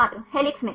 छात्र हेलिक्स में